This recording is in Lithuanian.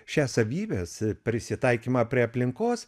šias savybes prisitaikymą prie aplinkos